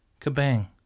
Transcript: Kabang